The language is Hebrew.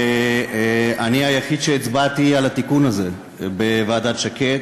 אני היחיד שהצבעתי על התיקון הזה בוועדת שקד.